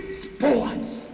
sports